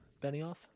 Benioff